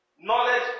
Knowledge